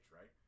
right